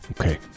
Okay